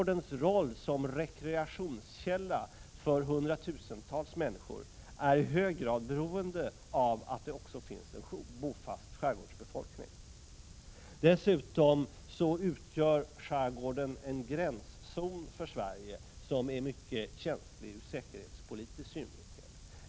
Dess roll som rekreationskälla för hundratusentals människor är i hög grad beroende av att det finns en bofast skärgårdsbefolkning. Dessutom utgör skärgården en gränszon för Sverige som är mycket känslig ur säkerhetspolitisk synvinkel.